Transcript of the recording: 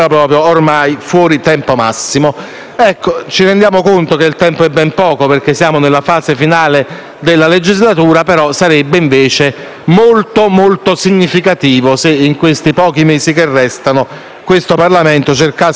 Ci rendiamo conto che il tempo è ben poco perché siamo nella fase finale della legislatura ma sarebbe molto, molto significativo se in questi pochi mesi che restano, il Parlamento cercasse di avere su questo tema uno scatto di reni.